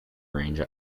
range